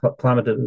climate